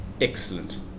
Excellent